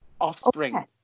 offspring